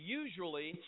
usually